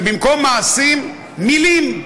ובמקום מעשים, מילים.